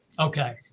Okay